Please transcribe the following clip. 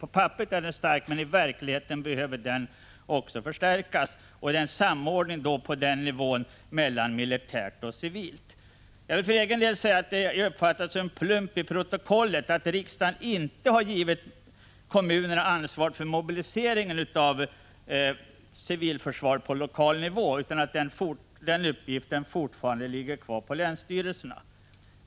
På papperet är den stark, men i verkligheten behöver den också förstärkas, så att vi får en bättre samordning på den nivån. Jag har uppfattat det som en plump i protokollet att riksdagen inte har gett kommunerna ansvaret för mobilisering av civilförsvaret på lokal nivå utan att den uppgiften fortfarande ligger kvar på länsstyrelserna.